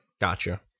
Gotcha